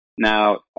Now